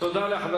תודה לחבר